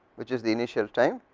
which is the initial time